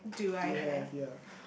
do you have ya